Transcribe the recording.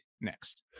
next